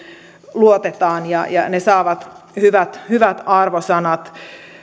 luotetaan ja ja ne saavat hyvät hyvät arvosanat